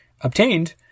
obtained